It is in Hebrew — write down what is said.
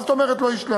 מה זאת אומרת לא השלמנו?